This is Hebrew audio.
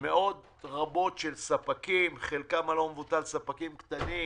מאות רבות של ספקים, חלקם הלא מבוטל ספקים קטנים,